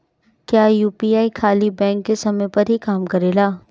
क्या यू.पी.आई खाली बैंक के समय पर ही काम करेला?